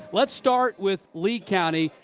let's start with lee county.